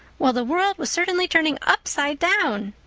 well, the world was certainly turning upside down!